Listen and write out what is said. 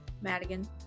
Madigan